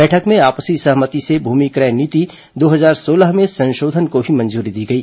बैठक में आपसी सहमति से भूमि क्रय नीति दो हजार सोलह में संशोधन को भी मंजूरी दी गई